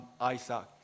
Isaac